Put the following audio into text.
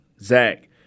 Zach